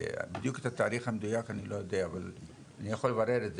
בדיוק את התאריך המדויק אני לא יודע אבל אני יכול לברר את זה.